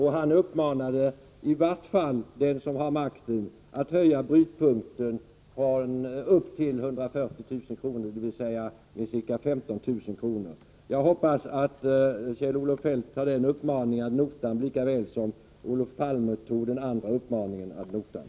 Han uppmanade dem som har makten att i varje fall höja brytpunkten till 140 000 kr., dvs. med 15 000 kr. Jag hoppas att Kjell-Olof Feldt tar den uppmaningen ad notam, lika väl som Olof Palme tog den andra uppmaningen ad notam.